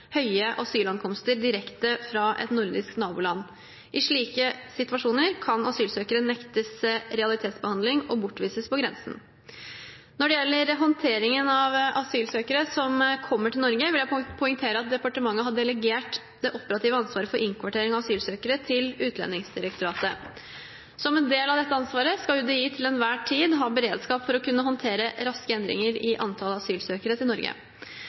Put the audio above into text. høye asylankomster direkte fra et nordisk naboland. I slike situasjoner kan asylsøkere nektes realitetsbehandling og bortvises på grensen. Når det gjelder håndteringen av asylsøkere som kommer til Norge, vil jeg poengtere at departementet har delegert det operative ansvaret for innkvartering av asylsøkere til Utlendingsdirektoratet, UDI. Som en del av dette ansvaret skal UDI til enhver tid ha beredskap for å kunne håndtere raske endringer i antallet asylsøkere til Norge.